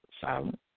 silent